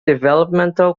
developmental